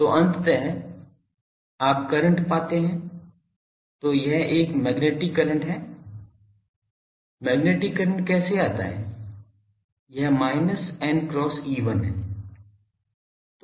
तो अंततः आप करंट पाते हैं तो यह एक मैग्नेटिक करंट है मैग्नेटिक करंट कैसे आता है यह माइनस n cross E1 है